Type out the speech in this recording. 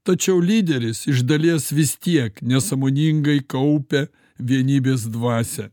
tačiau lyderis iš dalies vis tiek nesąmoningai kaupia vienybės dvasią